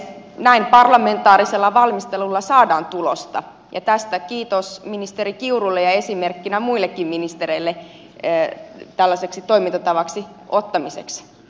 näin parlamentaarisella valmistelulla saadaan tulosta tästä kiitos ministeri kiurulle ja tämä olkoon esimerkkinä muillekin ministereille tällaisen toimintatavan ottamisesta